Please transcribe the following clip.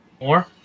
more